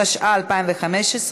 התשע"ה 2015,